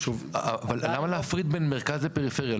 הבנתי למה להפריד בין מרכז לפריפריה.